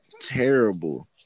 terrible